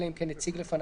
אלא אם כן הציג לפניו,